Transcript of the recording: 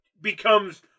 becomes